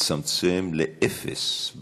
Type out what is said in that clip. לצמצם לאפס,